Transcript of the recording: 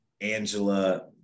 angela